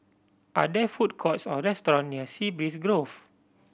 are there food courts or restaurant near Sea Breeze Grove